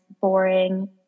boring